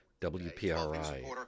WPRI